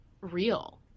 real